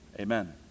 Amen